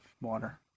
water